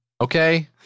Okay